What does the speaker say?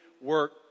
work